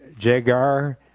Jagar